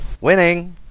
winning